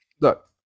look